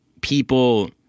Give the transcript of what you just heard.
people